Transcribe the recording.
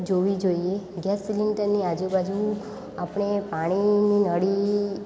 જોવી જોઈએ ગેસ સિલેન્ડરની આજુબાજુ આપણે પાણીની નળી